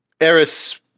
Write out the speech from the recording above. Eris